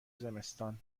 زمستان